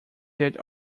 that